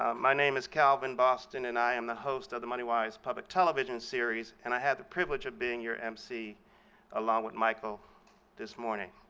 ah my name is kelvin boston, and i am the host of the moneywise public television series, and i have the privilege of being your emcee along with michael this morning.